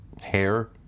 hair